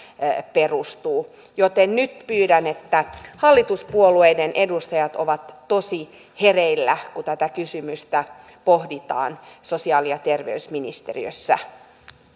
perustuu joten nyt pyydän että hallituspuolueiden edustajat ovat tosi hereillä kun tätä kysymystä pohditaan sosiaali ja terveysministeriössä